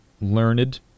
learned